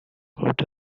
coat